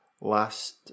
last